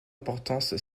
importance